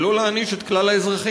אבל לא להעניש את כלל האזרחים.